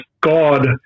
God